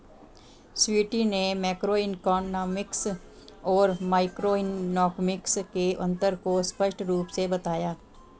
स्वीटी ने मैक्रोइकॉनॉमिक्स और माइक्रोइकॉनॉमिक्स के अन्तर को स्पष्ट रूप से बताया